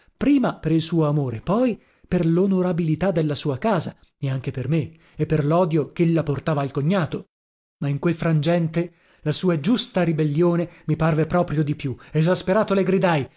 prima per il suo amore poi per lonorabilità della sua casa e anche per me e per lodio chella portava al cognato ma in quel frangente la sua giusta ribellione mi parve proprio di più esasperato le gridai